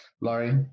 laurie